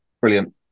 Brilliant